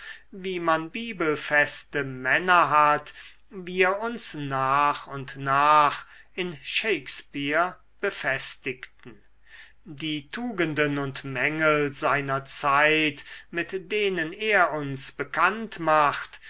wie man bibelfeste männer hat wir uns nach und nach in shakespeare befestigten die tugenden und mängel seiner zeit mit denen er uns bekannt macht